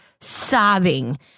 sobbing